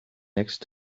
next